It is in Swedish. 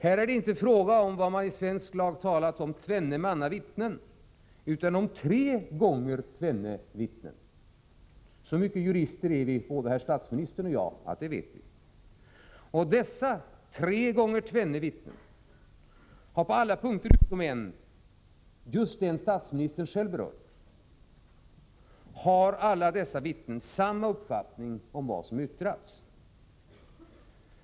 Här är det inte fråga om vad man i svensk lag kallat ”tvenne manna vittnen”, utan om tre gånger tvenne vittnen — så mycket jurister är vi, både herr statsministern och jag, att vi vet det. Och dessa tre gånger tvenne vittnen har på alla punkter utom en — just den som statsministern själv berört — samma uppfattning om vad som yttrats.